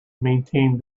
maintained